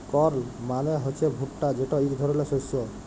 কর্ল মালে হছে ভুট্টা যেট ইক ধরলের শস্য